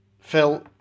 Phil